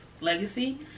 legacy